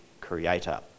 creator